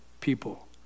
people